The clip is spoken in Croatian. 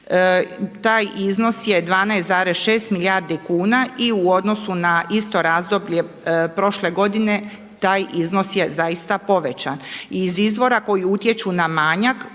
taj iznos je 12,6 milijardi kuna i u odnosu na isto razdoblje prošle godine taj iznos je zaista povećan.